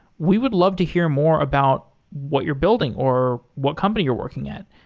we would love to hear more about what you're building or what company you're working at.